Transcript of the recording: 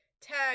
tag